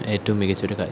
ഏറ്റവും മികച്ച ഒരു കാര്യം